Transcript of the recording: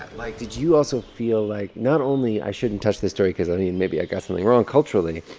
like, did you also feel like not only i shouldn't touch this story because, i mean, maybe i got something wrong culturally.